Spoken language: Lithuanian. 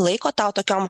laiko tau tokiom